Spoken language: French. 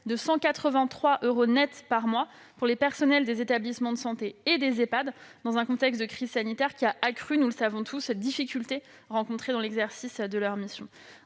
de 183 euros nets par mois pour les personnels des établissements de santé et des Ehpad, dans un contexte de crise sanitaire, qui, nous le savons tous, a accru les difficultés rencontrées dans l'exercice de leurs missions.